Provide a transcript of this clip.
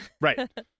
Right